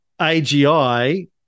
AGI